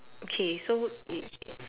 okay so we